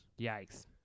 Yikes